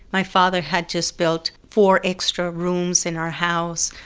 my father had just built four extra rooms in our house.